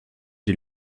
die